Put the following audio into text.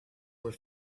were